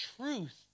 truth